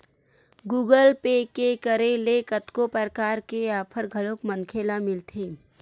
Google Pay के करे ले कतको परकार के आफर घलोक मनखे ल मिलथे